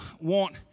want